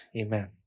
Amen